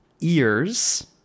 ears